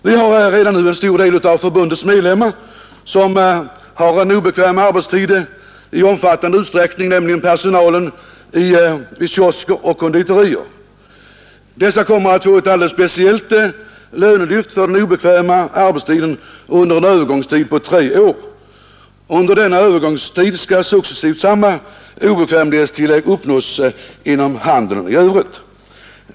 Redan nu har en stor del av förbundets medlemmar obekväm arbetstid i omfattande utsträckning, t.ex. personalen vid kiosker och konditorier. Dessa anställda kommer att få ett alldeles speciellt lönelyft för den obekväma arbetstiden under en övergångstid på tre år. Under denna övergångstid skall successivt samma obekvämlighetstillägg uppnås som inom handeln i övrigt.